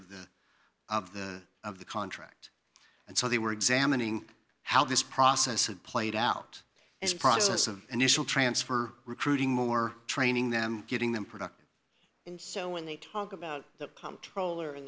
of the of the of the contract and so they were examining how this process had played out as process of initial transfer recruiting more training them getting them productive and so when they talk about the comptroller in